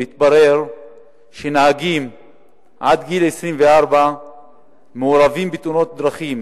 והתברר שנהגים עד גיל 24 מעורבים בתאונות דרכים